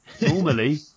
normally